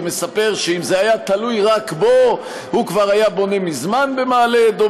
ומספר שאם זה היה תלוי רק בו הוא כבר היה בונה מזמן במעלה-אדומים.